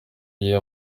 igihe